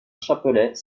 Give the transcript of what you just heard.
chapelet